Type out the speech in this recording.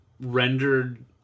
rendered –